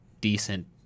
decent